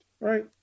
right